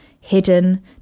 hidden